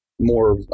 more